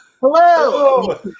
hello